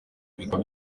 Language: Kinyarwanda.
bikaba